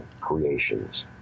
creations